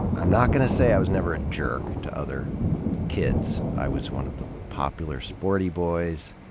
i'm not gonna say i was never a jerk to other kids. i was one of the popular, sporty boys,